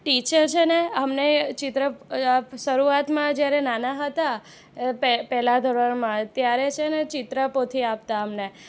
teacher છે ને અમને ચિત્ર શરૂઆતમાં જ્યારે નાના હતા પહેલા ધોરણમાં ત્યારે છે ને ચિત્રપોથી આપતાં અમને